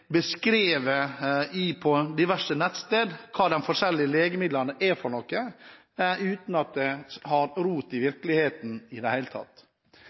på diverse nettsteder, beskrevet nøye hva de forskjellige legemidlene er for noe, uten at det i det hele tatt har rot i virkeligheten. Dette er gjerne personer som i